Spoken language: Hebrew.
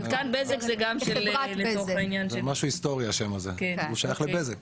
זה משהו היסטורי השם הזה, הוא שייך לבזק.